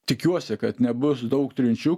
tikiuosi kad nebus daug trinčių